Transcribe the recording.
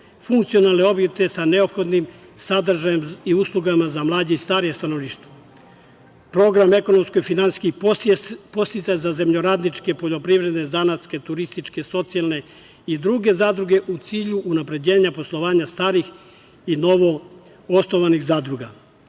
multifunkcionalne objekte sa neophodnim sadržajem i uslugama za mlađe i starije stanovništvo; program ekonomsko-finansijskog podsticaja za zemljoradničke poljoprivredne, zanatske, turističke, socijalne i druge zadruge, u cilju unapređenja poslovanja starih i novoosnovanih zadruga;